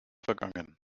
vergangen